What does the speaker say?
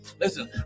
Listen